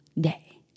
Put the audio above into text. day